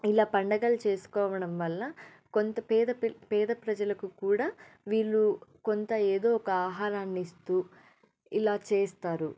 ఇలా పండగలు చేసుకోవడం వల్ల కొంత పేద పి పేద ప్రజలకు కూడా వీళ్ళు కొంత ఏదో ఒక ఆహారాన్నిస్తూ ఇలా చేస్తారు